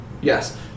Yes